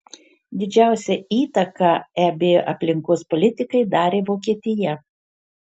didžiausią įtaką eb aplinkos politikai darė vokietija